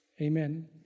Amen